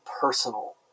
personal